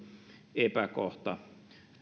epäkohta